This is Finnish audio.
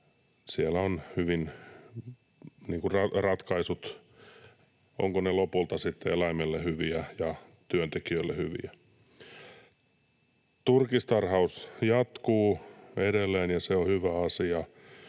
ovatko ne ratkaisut lopulta sitten eläimille hyviä ja työntekijöille hyviä. Turkistarhaus jatkuu edelleen, ja se on hyvä asia.